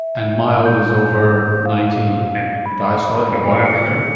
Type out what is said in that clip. and mild is over ninety and diastolic the bottom figure.